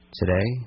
today